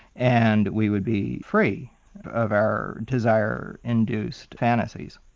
and we would be free of our desire-induced fantasies.